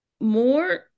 more